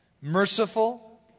merciful